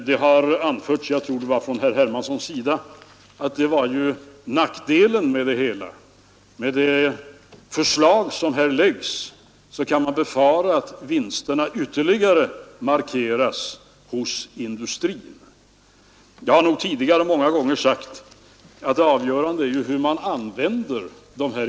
Det har sagts i debatten — jag tror att det var herr Hermansson som gjorde det — att nackdelen med det förslaget som regeringen framlagt är att man kan befara att industrins vinster ytterligare markeras. Jag har sagt många gånger tidigare att det avgörande är hur man använder dessa vinster.